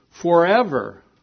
forever